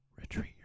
Retreat